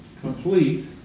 complete